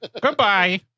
Goodbye